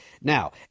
now